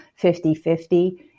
50/50